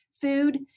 food